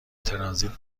ترانزیت